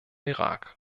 irak